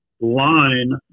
line